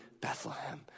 Bethlehem